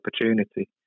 opportunity